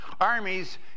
Armies